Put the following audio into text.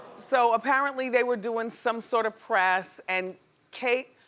so apparently, they were doing some sort of press and kate,